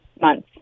months